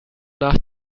nach